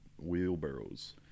wheelbarrows